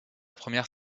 première